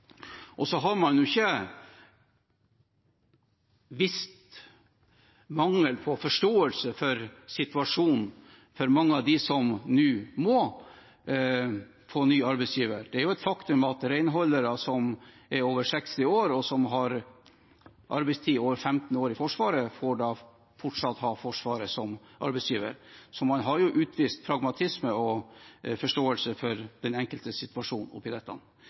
man har ikke vist mangel på forståelse for situasjonen for mange av dem som nå må få ny arbeidsgiver. Det er et faktum at renholdere som er over 60 år og har arbeidet over 15 år i Forsvaret, fortsatt får ha Forsvaret som arbeidsgiver, så man har jo utvist pragmatisme og forståelse for den enkeltes situasjon. Konklusjonen er at dette